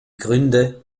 gründe